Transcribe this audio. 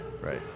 Right